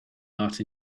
art